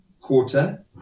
quarter